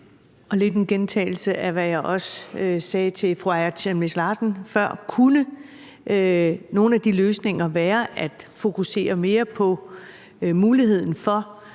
lidt en gentagelse af, hvad jeg også sagde til fru Aaja Chemnitz Larsen før, vil jeg spørge, om nogle af de løsninger kunne være at fokusere mere på muligheden for